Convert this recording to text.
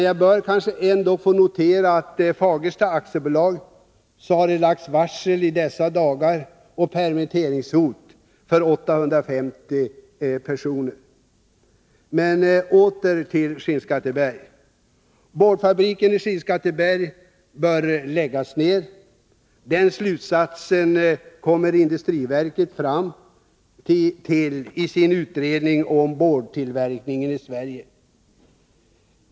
Jag bör kanske ändock få notera att det i Fagersta AB har lagts varsel i dessa dagar, och permitteringshot föreligger för 850 personer. Men åter till Skinnskatteberg. Boardfabriken i Skinnskatteberg bör läggas ner. Den slutsatsen kommer industriverket fram till i sin utredning om boardtillverkningen i Sverige.